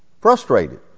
frustrated